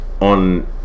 on